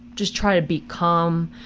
just try to be calm,